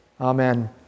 Amen